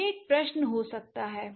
यह एक प्रश्न हो सकता है